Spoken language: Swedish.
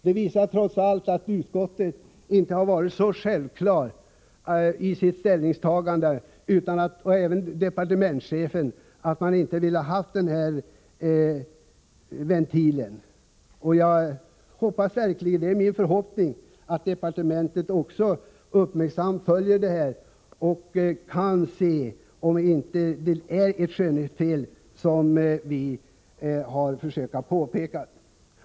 Detta visar trots allt att man i utskottet inte varit så säker i sitt ställningstagande, och inte heller departementschefen, att man inte velat ha denna ventil. Jag hoppas verkligen att man inom departementet är uppmärksam och ser om det ändå inte är ett skönhetsfel, såsom vi har försökt att påpeka.